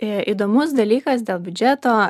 įdomus dalykas dėl biudžeto